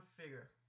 figure